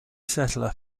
settler